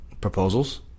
proposals